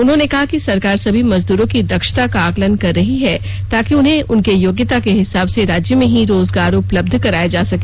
उन्होंने कहा कि सरकार सभी मजदूरो की दक्षता का आकलन कर रही है ताकि उन्हें उनके योग्यता के हिसाब से राज्य में ही रोजगार उपलब्ध कराया जा सके